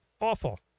awful